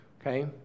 okay